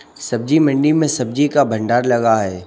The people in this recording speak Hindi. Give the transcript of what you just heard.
सब्जी मंडी में सब्जी का भंडार लगा है